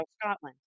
Scotland